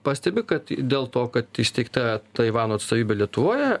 pastebi kad dėl to kad įsteigta taivano atstovybė lietuvoje